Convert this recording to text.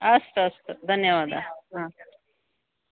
अस्तु अस्तु धन्यवादः हा